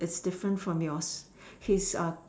is different from yours he's a